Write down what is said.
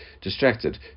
distracted